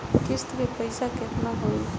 किस्त के पईसा केतना होई?